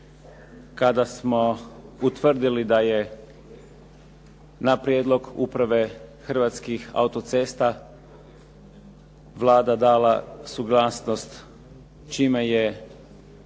kada smo utvrdili da je na prijedlog Uprave Hrvatskih autocesta Vlada dala suglasnost čime je